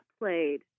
played